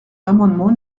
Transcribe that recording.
l’amendement